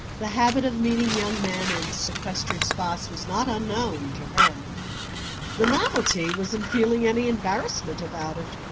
the habit of meeting young men in sequestered spots was not unknown to her the novelty was in feeling any embarrassment about it.